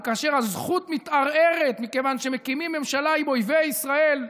וכאשר הזכות מתערערת מכיוון שמקימים ממשלה עם אויבי ישראל,